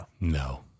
No